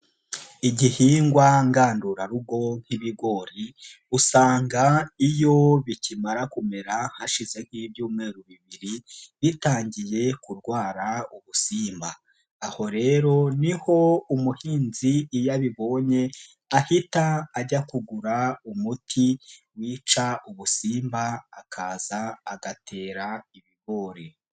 Igihingwa ngandurarugo nk'ibigori, usanga iyo bikimara kumera hashize nk'ibyumweru bibiri bitangiye kurwara ubusimba, aho rero niho umuhinzi iyo abibonye, ahita ajya kugura umuti wica ubusimba akaza agatera ibigori.